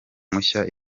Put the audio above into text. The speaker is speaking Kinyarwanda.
mushya